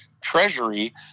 treasury